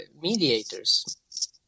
mediators